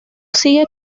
sigue